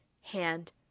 hand